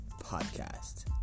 Podcast